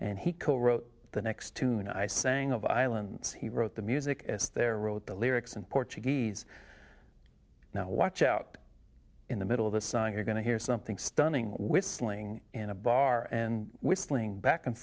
wrote the next tune i sang of ireland he wrote the music as their wrote the lyrics in portuguese now watch out in the middle of the sun you're going to hear something stunning whistling in a bar and whistling back and